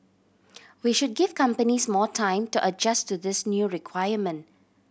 we should give companies more time to adjust to this new requirement